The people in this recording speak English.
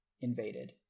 invaded